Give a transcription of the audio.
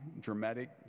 dramatic